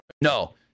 No